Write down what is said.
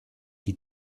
die